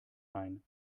ein